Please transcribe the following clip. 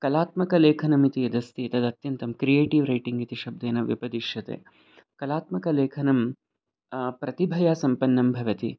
कलात्मकलेखनमिति यदस्ति तदत्यन्तं creative writing इति शब्देन व्यपदिश्यते कलात्मकलेखनं प्रतिभया सम्पन्नं भवति